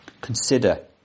Consider